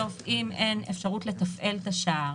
אם אין אפשרות לתפעל את השער